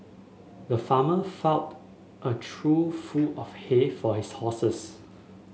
the farmer a trough full of hay for his horses